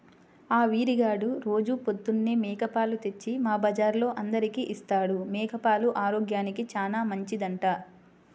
ఆ వీరిగాడు రోజూ పొద్దన్నే మేక పాలు తెచ్చి మా బజార్లో అందరికీ ఇత్తాడు, మేక పాలు ఆరోగ్యానికి చానా మంచిదంట